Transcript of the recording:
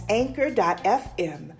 anchor.fm